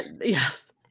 Yes